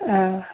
ꯑꯥ